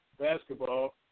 basketball